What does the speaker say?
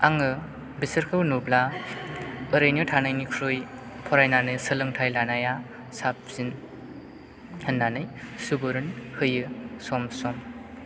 आङो बिसोरखौ नुब्ला ओरैनो थानायनिख्रुइ फरायनानै सोलोंथाय लानाया साबसिन होननानै सुबुरुन होयो सम सम